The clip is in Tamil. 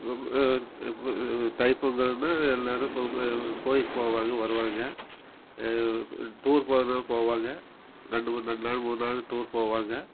தை பொங்கல்னால் எல்லாரும் இப்போ கோவிலுக்கு போவாங்க வருவாங்க டூர் போகிறதா போவாங்க ரெண்டு மூணு ரெண்டு நாள் மூனு நாள் டூர் போவாங்க